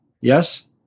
Yes